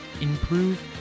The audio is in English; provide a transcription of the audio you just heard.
improve